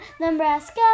Nebraska